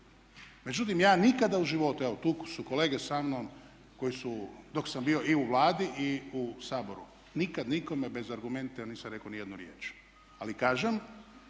Međutim, ja nikada u životu, evo tu su kolege samnom koji su dok sam bio i u Vladi, i u Saboru nikad nikome bez argumenata ja nisam rekao niti jednu riječ. Ali kažem